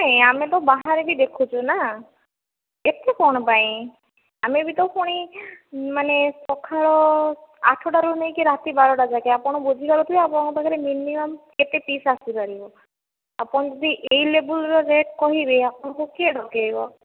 ନାଇଁ ଆମେ ତ ବାହାରେ ବି ଦେଖୁଛୁ ନା ଏତେ କ'ଣ ପାଇଁ ଆମେ ବି ତ ପୁଣି ମାନେ ସଖାଳ ଆଠ ଟାରୁ ନେଇକି ରାତି ବାରଟା ଯାକେ ଆପଣ ବୁଝିପାରୁଥିବେ ଆପଣଙ୍କ ପାଖରେ ମିନିମମ କେତେ ପିକସ୍ ଆସି ପାରିବ ଆପଣ ଯଦି ଏହି ଲେବଲ ର ରେଟ କହିବେ ଆପଣଙ୍କୁ କିଏ ଡକାଇବ